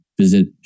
Visit